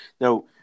Now